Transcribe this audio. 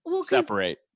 separate